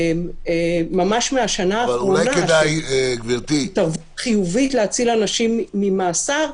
ממש מהשנה האחרונה -- -חיובית להציל אנשים ממאסר.